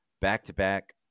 back-to-back